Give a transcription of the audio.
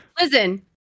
Listen